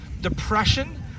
depression